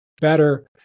better